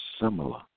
similar